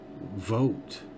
vote